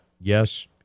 Yes